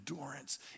endurance